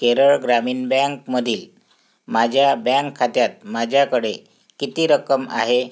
केरळ ग्रामीण बँकमधील माझ्या बँक खात्यात माझ्याकडे किती रक्कम आहे